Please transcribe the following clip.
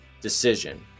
decision